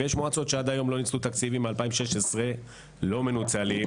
ויש מועצות שעד היום יש להן תקציבים לא מנוצלים מ-2016.